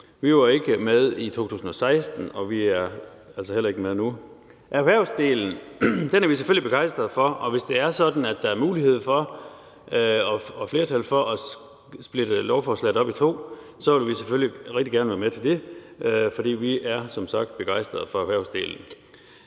Vi var ikke med i 2016, og vi er altså heller ikke med nu. Erhvervsdelen er vi selvfølgelig begejstret for, og hvis det er sådan, at der er mulighed for og flertal for at splitte lovforslaget op i to, vil vi selvfølgelig rigtig gerne være med til det, for vi er som sagt begejstret for erhvervsdelen.